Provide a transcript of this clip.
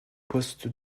poste